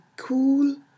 cool